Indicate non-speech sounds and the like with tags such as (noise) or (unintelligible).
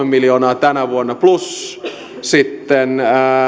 (unintelligible) miljoonaa tänä vuonna plus sitten